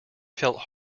felt